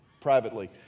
privately